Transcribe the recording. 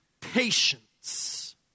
patience